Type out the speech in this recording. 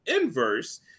inverse